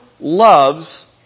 loves